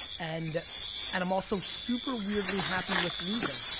and and i'm also super weirdly happy with losing.